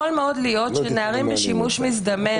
יכול מאוד להיות שנערים בשימוש מזדמן,